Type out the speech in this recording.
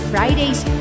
Fridays